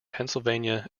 pennsylvania